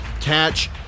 catch